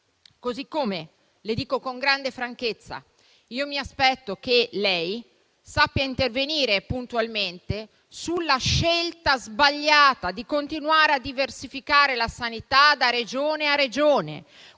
modo, le dico con grande franchezza che mi aspetto che lei sappia intervenire puntualmente sulla scelta sbagliata di continuare a diversificare la sanità da Regione a Regione.